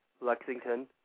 Lexington